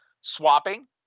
swapping